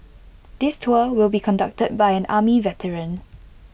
this tour will be conducted by an army veteran